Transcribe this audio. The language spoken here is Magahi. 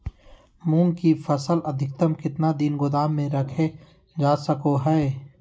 मूंग की फसल अधिकतम कितना दिन गोदाम में रखे जा सको हय?